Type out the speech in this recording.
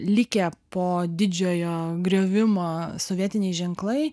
likę po didžiojo griovimo sovietiniai ženklai